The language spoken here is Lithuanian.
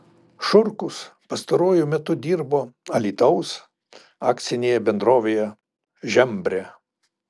šurkus pastaruoju metu dirbo alytaus akcinėje bendrovėje žembrė